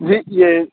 جی یہ